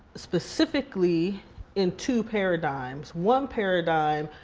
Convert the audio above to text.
specifically in two paradigms. one paradigm,